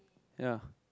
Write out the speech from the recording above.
ya